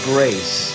Grace